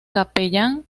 capellán